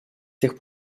тех